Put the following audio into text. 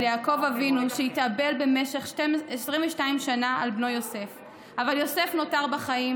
יעקב אבינו שהתאבל במשך 22 שנה על בנו יוסף אבל יוסף נותר בחיים,